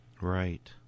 Right